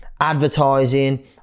advertising